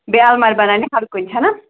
بیٚیہِ المار بَناونہِ ہر کُنہِ چھَنا